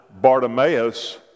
Bartimaeus